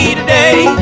today